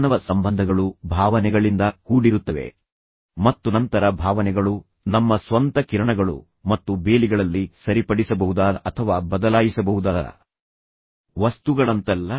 ಮಾನವ ಸಂಬಂಧಗಳು ಭಾವನೆಗಳಿಂದ ಕೂಡಿರುತ್ತವೆ ಮತ್ತು ನಂತರ ಭಾವನೆಗಳು ನಮ್ಮ ಸ್ವಂತ ಕಿರಣಗಳು ಮತ್ತು ಬೇಲಿಗಳಲ್ಲಿ ಸರಿಪಡಿಸಬಹುದಾದ ಅಥವಾ ಬದಲಾಯಿಸಬಹುದಾದ ವಸ್ತುಗಳಂತಲ್ಲ